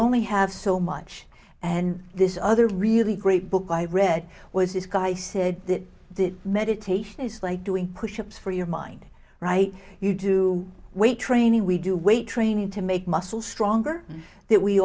only have so much and this other really great book i read was this guy said did meditation is like doing pushups for your mind right you do weight training we do weight training to make muscle stronger that we